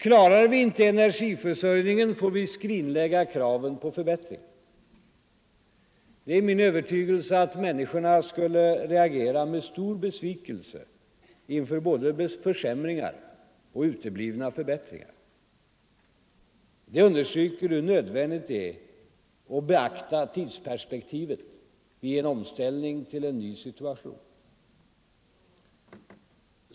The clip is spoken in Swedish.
Klarar vi inte energiförsörjningen får vi skrinlägga kraven på förbättringar. Det är min övertygelse att människorna skulle reagera med stor besvikelse inför både försämringar och uteblivna förbättringar. Det understryker hur nödvändigt det är att beakta tidsperspektivet vid en omställning till en ny situation.